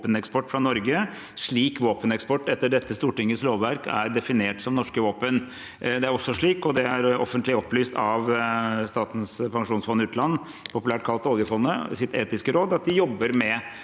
slik våpeneksport etter dette stortingets lovverk er definert: som norske våpen. Det er også slik, og det er offentlig opplyst av det etiske rådet til Statens pensjonsfond utland, populært kalt oljefondet, at de jobber med